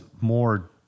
more